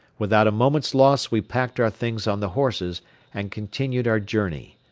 without a moment's loss we packed our things on the horses and continued our journey.